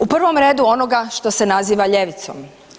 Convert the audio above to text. U prvom redu onoga što se naziva ljevicom.